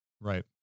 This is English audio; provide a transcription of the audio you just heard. Right